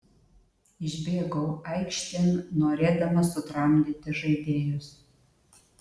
išbėgau aikštėn norėdamas sutramdyti žaidėjus